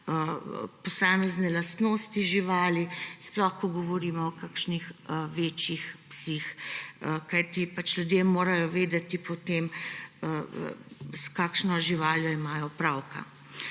posamezne lastnosti živali, sploh ko govorimo o kakšnih večjih psih. Kajti ljudje morajo vedeti potem, s kakšno živaljo imajo opravka.